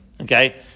okay